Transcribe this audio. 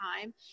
time